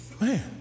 Man